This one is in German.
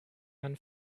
man